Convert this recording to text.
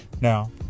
Now